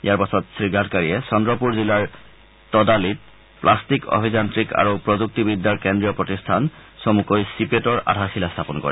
ইয়াৰ পাছত শ্ৰীগাডকাৰীয়ে চন্দ্ৰপুৰ জিলাৰ তদালিত গ্লাট্টিক অভিযান্ত্ৰিক আৰু প্ৰযুক্তি বিদ্যাৰ কেন্দ্ৰীয় প্ৰতিষ্ঠান চমুকৈ চিপেটৰ আধাৰশিলা স্থাপন কৰে